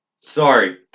Sorry